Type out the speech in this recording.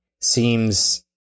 seems